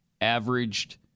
averaged